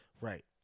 Right